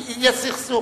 יש סכסוך.